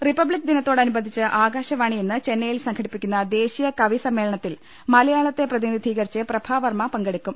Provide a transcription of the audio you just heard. republic ദിനത്തോടനുബന്ധിച്ച് ആകാശവാണി ഇന്ന് ചെന്നൈ യിൽ സംഘടിപ്പിക്കുന്ന ദേശീയ കവി സമ്മേളനത്തിൽ മലയാളത്തെ പ്രതിനിധീകരിച്ച് പ്രഭാവർമ്മ പങ്കെടുക്കും